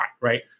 right